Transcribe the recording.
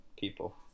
people